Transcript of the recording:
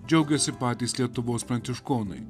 džiaugiasi patys lietuvos pranciškonai